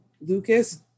Lucas